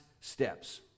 steps